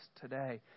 today